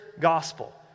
gospel